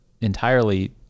entirely